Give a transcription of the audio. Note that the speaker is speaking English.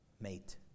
mate